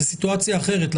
זאת סיטואציה אחרת.